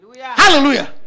Hallelujah